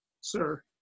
sir